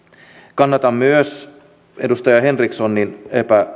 kannatan myös edustaja henrikssonin